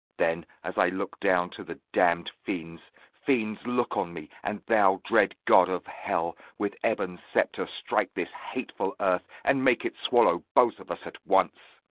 then, as i look down to the damned fiends, fiends, look on me! and thou, dread god of hell, with ebon sceptre strike this hateful earth, and make it swallow both of us at once!